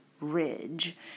Ridge